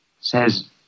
says